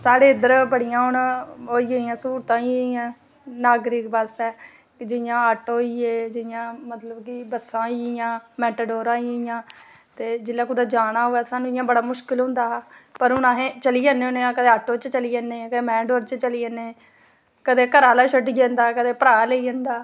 साढ़े इद्धर हून बड़ियां ओह् होई गेदियां न स्हूलतां होई गेदियां न नागरिक बास्तै ते जियां ऑटो होइये जियां कि बस्सां होइयां मेटाडोरां होइयां जियां ते जेल्लै कुतै जाना होऐ ते स्हानू बड़ा मुश्कल होंदा हा पर हून अस चली जन्ने होन्ने आं कदें अस ऑटो च चली जन्ने कदें मेटाडोर च चली जन्ने कदें घरै आह्ला छड्डी जंदा कदें भ्राऽ लेई जंदा